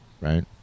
right